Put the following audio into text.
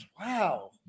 Wow